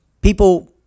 people